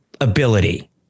ability